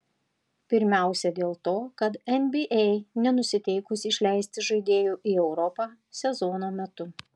pirmiausia dėl to kad nba nenusiteikusi išleisti žaidėjų į europą sezono metu